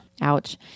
Ouch